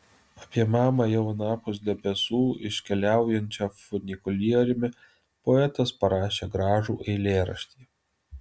apie mamą jau anapus debesų iškeliaujančią funikulieriumi poetas parašė gražų eilėraštį